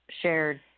shared